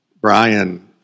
Brian